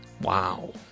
Wow